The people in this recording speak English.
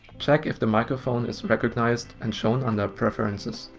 check if the microphone is recognized and shown under preferences.